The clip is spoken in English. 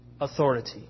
authority